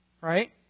Right